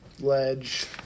Ledge